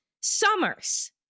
summers